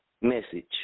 message